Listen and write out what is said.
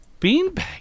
beanbag